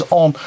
on